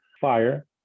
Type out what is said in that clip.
fire